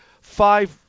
five